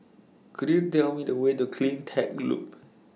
Could YOU Tell Me The Way to CleanTech Loop